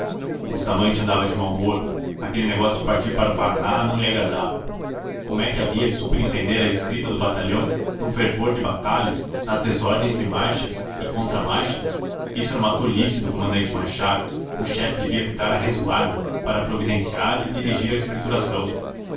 aquele negócio de partir para o paraná não lhe agradava como é que havia de superintender a escrita do batalhão no fervor de batalhas nas desordens de marchas e contramarchas isso era uma tolice do comandante marchar o chefe devia ficar a resguardo para providenciar e dirigir a escrituração